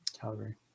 Calgary